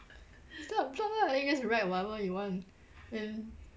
start a blog lah then you can just write whatever you want then